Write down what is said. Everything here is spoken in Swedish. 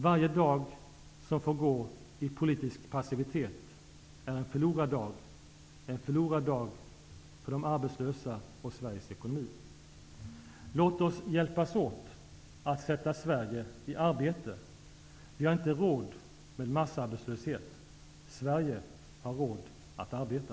Varje dag som får gå i politisk passivitet är en förlorad dag, en förlorad dag för de arbetslösa och för Sveriges ekonomi. Låt oss hjälpas åt att sätta Sverige i arbete! Vi har inte råd med massarbetslöshet. Sverige har råd att arbeta.